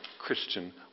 Christian